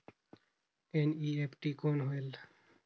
NEFT कौन होएल?